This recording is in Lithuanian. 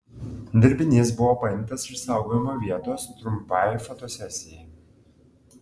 dirbinys buvo paimtas iš saugojimo vietos trumpai fotosesijai